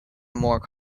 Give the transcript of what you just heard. more